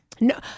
No